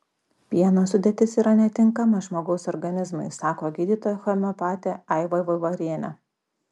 pieno sudėtis yra netinkama žmogaus organizmui sako gydytoja homeopatė aiva vaivarienė